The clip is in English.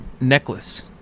necklace